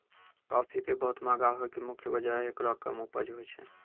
काफी के बहुत महंगा होय के मुख्य वजह हेकरो कम उपज होय छै